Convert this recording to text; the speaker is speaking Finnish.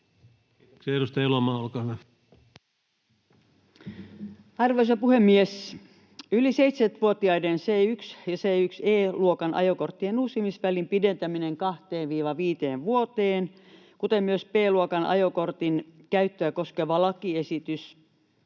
Kiitoksia. — Edustaja Elomaa, olkaa hyvä. Arvoisa puhemies! Yli 70-vuotiaiden C1- ja C1E-luokan ajokorttien uusimisvälin pidentäminen 2—5 vuoteen, kuten myös B-luokan ajokortin käyttöä koskeva lakiesitys,